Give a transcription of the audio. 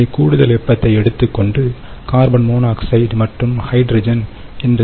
இவை கூடுதல் வெப்பத்தை எடுத்துக்கொண்டு கார்பன் மோனாக்சைடு மற்றும் ஹைட்ரஜன் என்ற